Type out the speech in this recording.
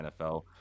NFL